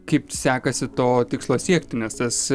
kaip sekasi to tikslo siekti nes tas